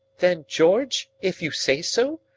then, george, if you say so,